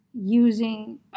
using